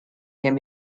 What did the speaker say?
can